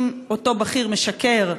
אם אותו בכיר משקר,